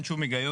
אין שום היגיון.